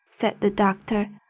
said the doctor.